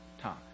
time